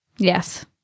Yes